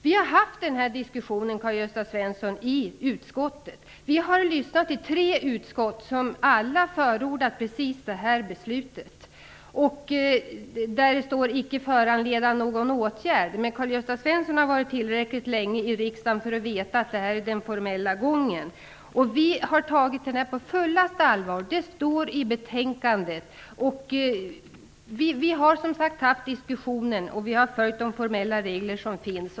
Vi har haft den här diskussionen i utskottet, Karl-Gösta Svenson. I tre utskott har man förordat precis samma beslut. Det står i utskottets betänkande att det inte föranleder någon åtgärd. Karl-Gösta Svenson har suttit tillräckligt länge i riksdagen för att veta att det här är den formella gången. Vi har tagit rapporten på fullaste allvar. Det står i betänkandet. Vi har som sagt fört en diskussion och följt de formella regler som finns.